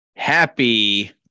Happy